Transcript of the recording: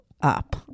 up